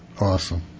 Awesome